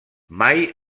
mai